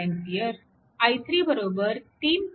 5 A i3 3